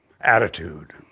attitude